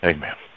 Amen